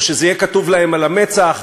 או שזה יהיה כתוב להן על המצח,